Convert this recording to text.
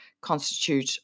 constitute